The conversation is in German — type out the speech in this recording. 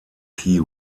key